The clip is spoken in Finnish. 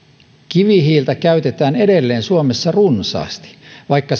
kivihiiltä käytetään edelleen suomessa runsaasti vaikka